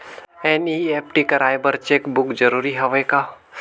NEFT कराय बर cheque book जरूरी हवय का?